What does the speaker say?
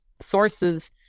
sources